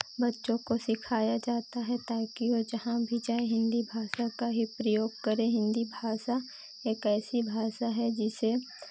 बच्चों को सिखाया जाता है ताकि वो जहाँ भी जाएँ हिन्दी भाषा का ही प्रयोग करे हिन्दी भाषा एक ऐसी भाषा है जिसे